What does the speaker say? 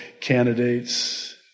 candidates